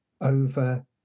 over